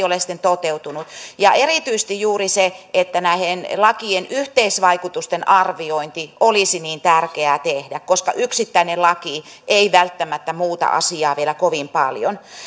ole sitten toteutettu erityisesti juuri näiden lakien yhteisvaikutusten arviointi olisi niin tärkeää tehdä koska yksittäinen laki ei välttämättä muuta asiaa vielä kovin paljon